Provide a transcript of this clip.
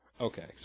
okay